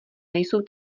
nejsou